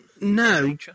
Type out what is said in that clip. No